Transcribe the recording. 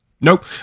nope